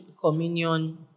communion